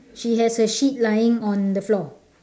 she has a sheet lying on the floor